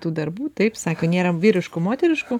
tų darbų taip sako nėra vyriškų moteriškų